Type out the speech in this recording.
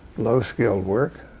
low-skilled work,